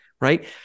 right